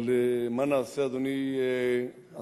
אבל מה נעשה, אדוני השר,